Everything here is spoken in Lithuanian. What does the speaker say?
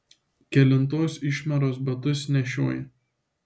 kelintos išmieros batus nešioji